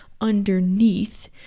underneath